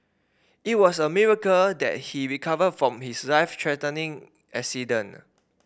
it was a miracle that he recovered from his life threatening accident